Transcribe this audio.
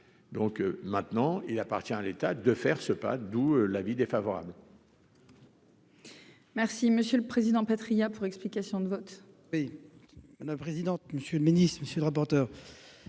donc maintenant il appartient à l'État de faire ce pas, d'où l'avis défavorable. Merci Monsieur le Président, Patriat pour explication de vote. Oui, la présidente, monsieur le ministre, monsieur le rapporteur,